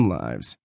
lives